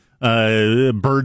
bird